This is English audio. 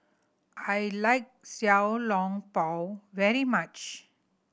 I like Xiao Long Bao very much